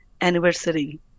anniversary